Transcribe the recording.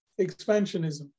expansionism